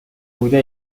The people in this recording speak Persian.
بوده